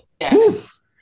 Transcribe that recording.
yes